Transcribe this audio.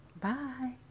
bye